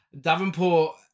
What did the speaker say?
Davenport